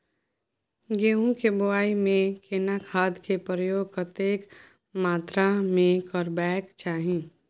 गेहूं के बुआई में केना खाद के प्रयोग कतेक मात्रा में करबैक चाही?